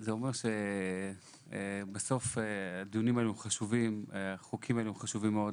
זה אומר שהדיונים האלה והחוקים האלה חשובים מאוד.